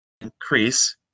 increase